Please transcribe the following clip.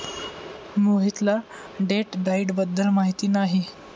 मोहितला date diet बद्दल माहिती नाही